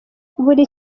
buri